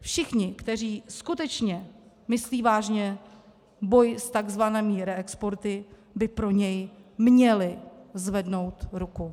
Všichni, kteří skutečně myslí vážně boj s takzvanými reexporty, by pro něj měli zvednout ruku.